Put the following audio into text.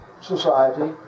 society